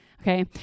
Okay